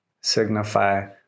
signify